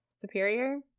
superior